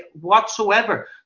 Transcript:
whatsoever